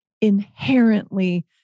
inherently